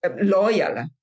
loyal